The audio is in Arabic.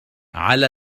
على